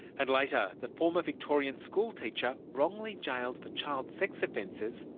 and later, the former victorian schoolteacher wrongly jailed for child sex offences,